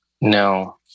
No